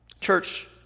Church